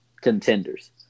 contenders